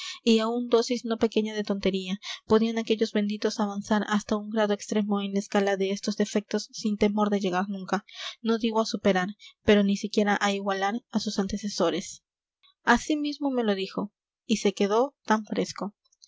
y aun dosis no pequeña de tontería podían aquellos benditos avanzar hasta un grado extremo en la escala de estos defectos sin temor de llegar nunca no digo a superar pero ni siquiera a igualar a sus antecesores así mismo me lo dijo y se quedó tan fresco